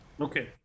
Okay